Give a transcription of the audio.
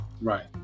Right